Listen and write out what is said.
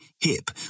hip